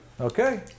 Okay